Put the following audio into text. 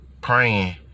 Praying